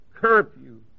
curfew